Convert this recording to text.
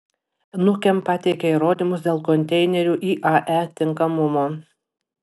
nukem pateikė įrodymus dėl konteinerių iae tinkamumo